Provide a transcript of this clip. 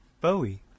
Bowie